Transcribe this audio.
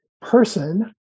person